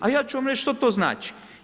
A ja ću vam reći što to znači.